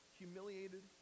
humiliated